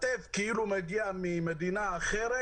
הטף כאילו מגיע ממדינה אחרת.